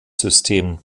system